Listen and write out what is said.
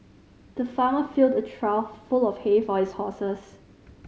the farmer filled a trough full of hay for his horses